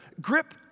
Grip